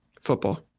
Football